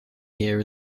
here